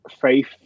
faith